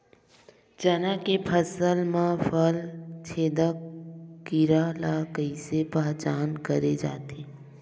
चना के फसल म फल छेदक कीरा ल कइसे पहचान करे जाथे?